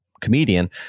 comedian